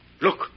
Look